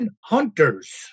hunters